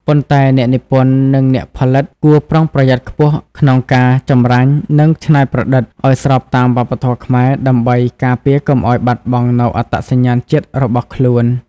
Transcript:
ប៉ុន្តែអ្នកនិពន្ធនិងអ្នកផលិតគួរប្រុងប្រយ័ត្នខ្ពស់ក្នុងការ ចម្រាញ់ និងច្នៃប្រឌិត ឲ្យស្របតាមវប្បធម៌ខ្មែរ ដើម្បីការពារកុំឲ្យបាត់បង់នូវអត្តសញ្ញាណជាតិរបស់ខ្លួន។